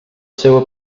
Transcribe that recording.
seua